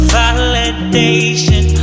validation